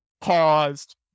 paused